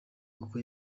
kuko